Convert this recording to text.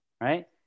right